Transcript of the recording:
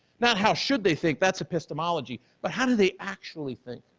not how should they think, that's epistemology, but how do they actually think.